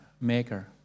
maker